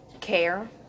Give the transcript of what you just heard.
care